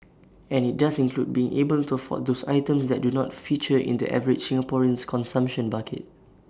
and IT does include being able to afford those items that do not feature in the average Singaporean's consumption basket